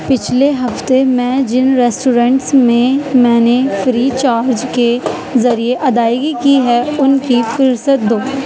پچھلے ہفتے میں جن ریسٹورنٹس میں میں نے فری چارج کے ذریعے ادائیگی کی ہے ان کی فرصت دو